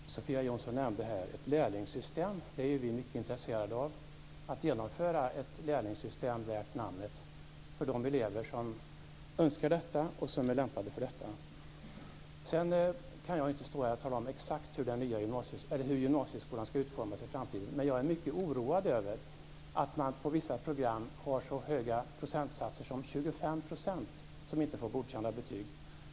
Fru talman! Sofia Jonsson nämnde ett lärlingssystem. Vi är mycket intresserade av att genomföra ett lärlingssystem värt namnet för de elever som önskar detta och som är lämpade för detta. Jag kan inte stå här och tala om exakt hur gymnasieskolan skall utformas i framtiden, men jag är mycket oroad över att det på vissa program är så många som 25 % som inte får godkända betyg.